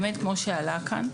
כפי שעלה כאן,